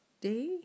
day